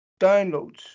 downloads